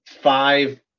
five